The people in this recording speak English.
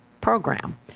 program